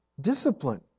discipline